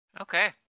Okay